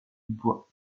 bois